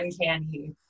uncanny